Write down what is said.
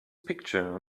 picture